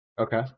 Okay